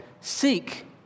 Seek